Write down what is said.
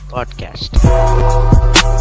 Podcast